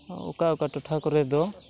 ᱚᱠᱟ ᱚᱠᱟ ᱴᱚᱴᱷᱟ ᱠᱚᱨᱮ ᱫᱚ